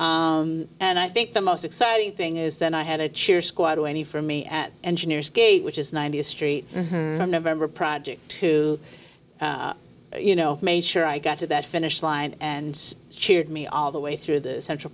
avenue and i think the most exciting thing is that i had a cheer squad to any for me at engineers gate which is ninety a street in november project to you know i made sure i got to that finish line and cheered me all the way through the central